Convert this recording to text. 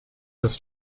this